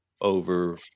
over